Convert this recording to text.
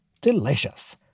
delicious